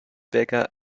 vegas